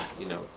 you know,